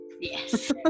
yes